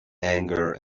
anger